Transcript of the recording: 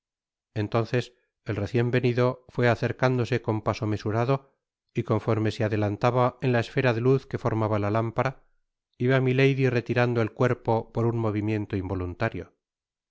entonces el recien venido fué acercándose con paso mesurado y conforme se adelantaba en la esfera de luz que formaba la lámpara iba milady retirando el cuerpo por un movimiento involuntario cuando ya